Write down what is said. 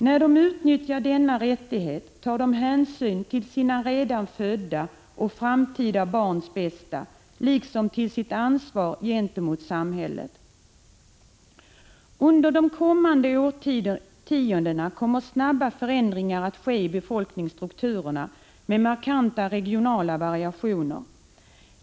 När de utnyttjar denna rättighet tar de hänsyn till sina redan födda och framtida barns bästa liksom till sitt ansvar gentemot samhället. Under de kommande årtiondena kommer snabba förändringar att ske i befolkningsstrukturerna, med markanta regionala variationer.